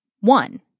one